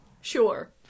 Sure